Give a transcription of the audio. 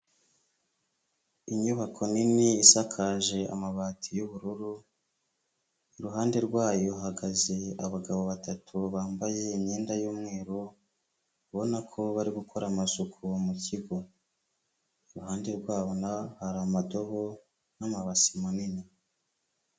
lnyubako nini isakaje amabati y'ubururu, iruhande rwayo hahagaze abagabo batatu bambaye imyenda y'umweru, ubona ko bari gukora amasuku mu kigo, iruhande rwabo naho hari amadobo n'amabasi manini.